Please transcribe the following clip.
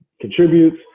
contributes